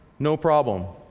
no problem.